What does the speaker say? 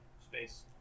Space